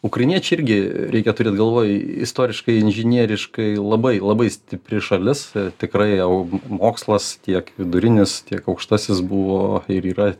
ukrainiečiai irgi reikia turėt galvoj istoriškai inžinieriškai labai labai stipri šalis tikrai jau mokslas tiek vidurinis tiek aukštasis buvo ir yra